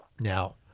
Now